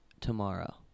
Tomorrow